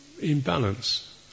imbalance